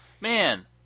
Man